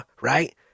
right